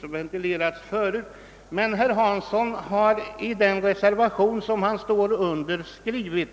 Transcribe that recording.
Jag vill därför bara erinra om att i den andra av de två reservationer, som herr Hansson i Skegrie undertecknat,